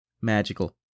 magical